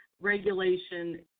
regulation